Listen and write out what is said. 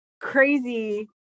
crazy